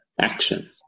action